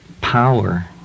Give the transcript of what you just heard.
power